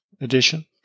edition